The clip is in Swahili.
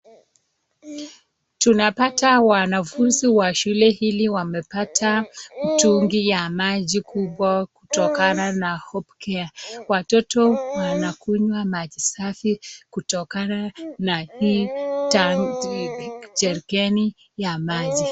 Tunapata wanafunzi wa shule hili wamepata mitungi ya maji kubwa kutokana na Hopecare. Watoto wanakunywa maji safi kutokana na hii tanki ya maji.